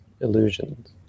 illusions